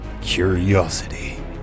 Curiosity